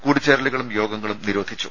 കൂടിച്ചേരലുകളും യോഗങ്ങളും നിരോധിച്ചു